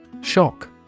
Shock